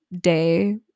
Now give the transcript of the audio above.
day